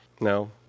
No